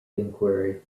inquiry